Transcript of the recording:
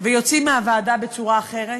ויוצאים מהוועדה בצורה אחרת.